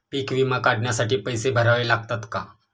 पीक विमा काढण्यासाठी पैसे भरावे लागतात का?